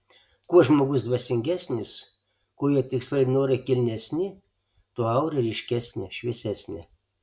kuo žmogus dvasingesnis kuo jo tikslai ir norai kilnesni tuo aura ryškesnė šviesesnė